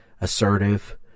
assertive